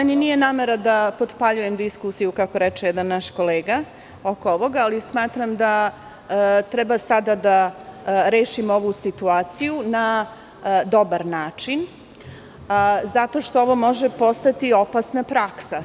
Meni nije namera da potpaljujem diskusiju oko ovoga, kako reče jedan naš kolega, ali smatram da treba sada da rešimo ovu situaciju na dobar način, zato što ovo može postati opasna praksa.